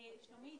הוועדה,